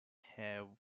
have